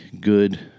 good